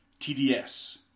TDS